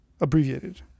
abbreviated